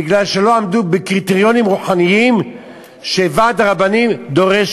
בגלל שלא עמדו בקריטריונים רוחניים שוועד הרבנים דורש.